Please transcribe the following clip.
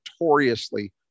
notoriously